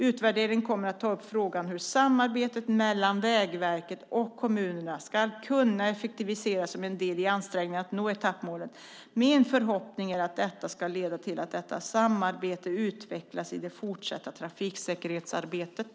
Utvärderingen kommer att ta upp frågan hur samarbetet mellan Vägverket och kommunerna ska kunna effektiviseras som en del i ansträngningarna att nå etappmålet. Min förhoppning är att detta ska leda till att detta samarbete utvecklas i det fortsatta trafiksäkerhetsarbetet.